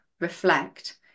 reflect